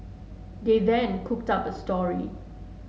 they then cooked up a story